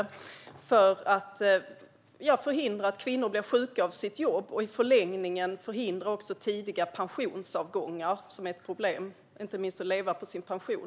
Detta för att förhindra att kvinnor blir sjuka av sina jobb och i förlängningen också förhindra tidiga pensionsavgångar, som är ett problem inte minst när det gäller att kunna leva på sin pension.